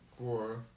four